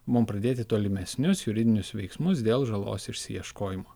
mum pradėti tolimesnius juridinius veiksmus dėl žalos išieškojimo